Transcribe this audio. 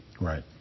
Right